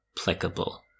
applicable